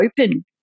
open